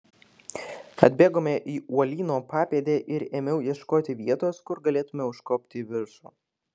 atbėgome į uolyno papėdę ir ėmiau ieškoti vietos kur galėtumėme užkopti į viršų